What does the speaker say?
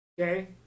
Okay